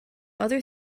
other